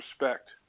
respect